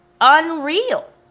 unreal